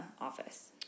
office